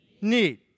need